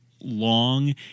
long